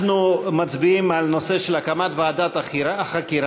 אנחנו מצביעים על הנושא של הקמת ועדת חקירה.